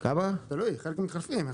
תלוי, חלק מתחלפים.